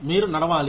మీరు నడవాలి